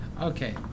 Okay